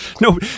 No